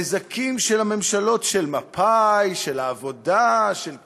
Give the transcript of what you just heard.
נזקים של הממשלות של מפא"י, של העבודה, של קדימה,